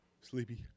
Sleepy